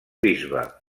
bisbe